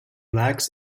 lacks